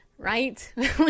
right